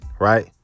right